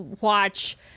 watch